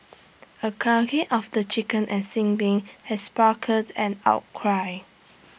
the culling of the chicken at sin Ming has sparked an outcry